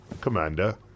Commander